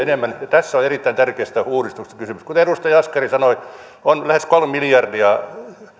tässä on erittäin tärkeästä uudistuksesta kysymys kuten edustaja jaskari sanoi on lähes kolme miljardia